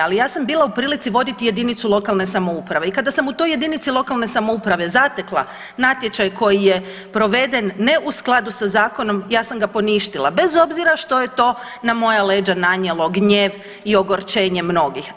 Ali ja sam bila u prilici voditi jedinicu lokalne samouprave i kada sam u toj jedinici lokalne samouprave zatekla natječaj koji je proveden ne u skladu sa zakonom ja sam ga poništila bez obzira što je to na moja leđa nanijelo gnjev i ogorčenje mnogih.